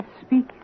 speak